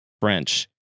French